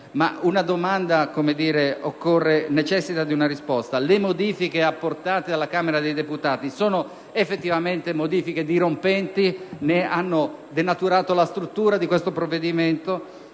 Una domanda necessita di una risposta: le modifiche apportate dalla Camera dei deputati sono effettivamente dirompenti? Hanno denaturato la struttura del provvedimento?